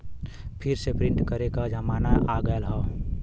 फिर से प्रिंट करे क जमाना आ गयल हौ